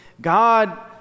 God